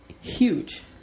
huge